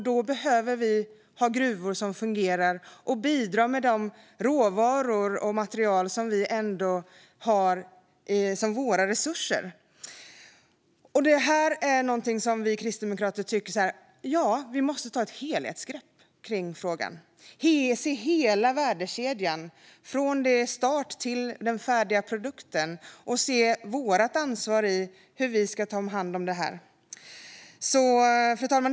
Då behöver vi ha gruvor som fungerar och bidra med de råvaror och material som vi har som våra resurser. Kristdemokraterna tycker att vi måste ta ett helhetsgrepp kring frågan, se hela värdekedjan från start till den färdiga produkten och se vårt ansvar i hur vi ska ta hand om det här. Fru talman!